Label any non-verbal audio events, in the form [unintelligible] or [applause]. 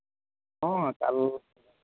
ᱦᱚᱸ [unintelligible]